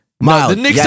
Miles